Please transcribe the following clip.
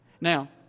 Now